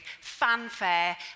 fanfare